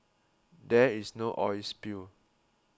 there is no oil spill